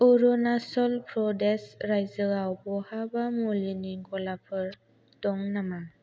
अरुनाचल प्रदेश रायजोआव बहाबा मुलिनि गलाफोर दं नामा